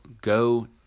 go